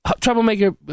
Troublemaker